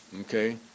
Okay